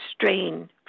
strain